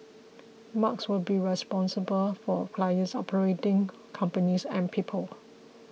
Mark will be responsible for clients operating companies and people